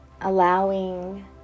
allowing